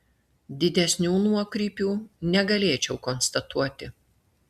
didesnių nuokrypių negalėčiau konstatuoti